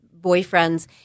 boyfriends